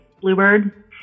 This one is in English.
bluebird